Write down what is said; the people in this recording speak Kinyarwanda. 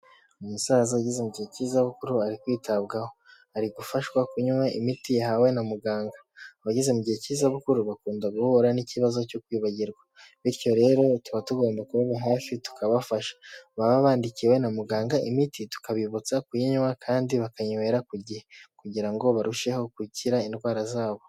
Umusaza ugeze mu gihe k'izabukuru ari kwitabwaho ari gufashwa kunywa imiti yahawe na muganga, abageze mu gihe k'izabukuru bakunda guhura n'ikibazo cyo kwibagirwa bityo rero tuba tugomba kubaba hafi tukabafasha, baba bandikiwe na muganga imiti tukabibutsa kuyinywa kandi bakayinywera ku gihe kugira ngo barusheho gukira indwara zabo.